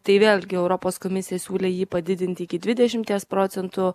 tai vėlgi europos komisija siūlė jį padidinti iki dvidešimties procentų